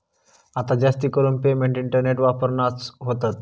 आता जास्तीकरून payment internet वापरानच होतत